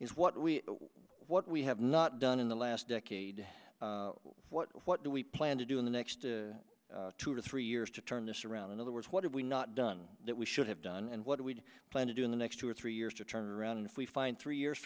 is what we what we have not done in the last decade what do we plan to do in the next two or three years to turn this around in other words what have we not done that we should have done and what do we plan to do in the next two or three years to turn around and if we find three years